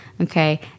okay